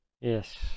Yes